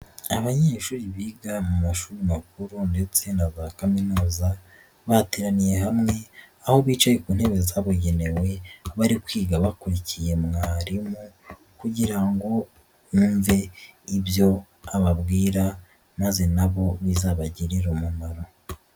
Abanyeshuri biga mu mashuri makuru ndetse na za kaminuza bateraniye hamwe, aho bicaye ku ntebe zabugenewe bari kwiga bakurikiye mwarimu kugira ngo bumve ibyo ababwira maze na bo bizabagirire umumaro.